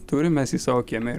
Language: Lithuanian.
turim mes jį savo kieme